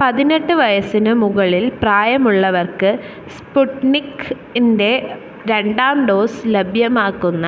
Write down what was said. പതിനെട്ട് വയസ്സിന് മുകളിൽ പ്രായമുള്ളവർക്ക് സ്പുട്നിക്ക്ഇന്റെ രണ്ടാം ഡോസ് ലഭ്യമാക്കുന്ന